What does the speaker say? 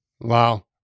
Wow